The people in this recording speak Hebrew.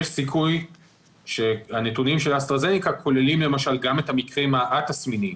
יש סיכוי שהנתונים של אסטרהזניקה כוללים למשל גם את המקרים הא-תסמיניים,